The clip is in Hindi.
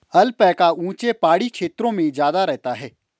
ऐल्पैका ऊँचे पहाड़ी क्षेत्रों में ज्यादा रहता है